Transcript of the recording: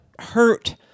hurt